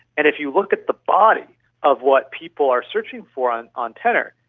and if you look at the body of what people are searching for on on tenor,